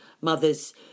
mothers